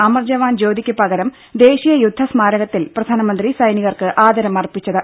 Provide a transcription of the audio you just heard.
അമർജവാൻ ജ്യോതിയ്ക്കു പകരം ദേശീയ യുദ്ധ സ്മാരകത്തിൽ പ്രധാനമന്ത്രി സൈനികർക്ക് ആദരം അർപ്പിച്ചത്